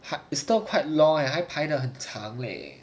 ha it's still quite long leh 还排得很很长 leh